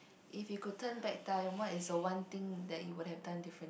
if you could turn back time what is the one thing that you would have done differently